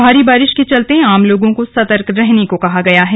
भारी बारिश के चलते आम लोगों को सतर्क रहने को कहा गया है